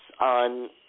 on